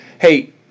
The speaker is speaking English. hey